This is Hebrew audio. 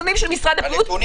עכשיו,